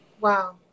wow